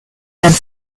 and